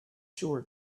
sure